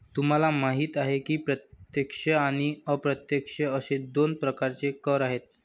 तुम्हाला माहिती आहे की प्रत्यक्ष आणि अप्रत्यक्ष असे दोन प्रकारचे कर आहेत